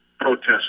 protest